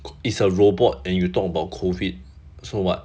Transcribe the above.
it is a robot and you talk about COVID so what